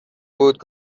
بود